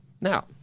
Now